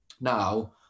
now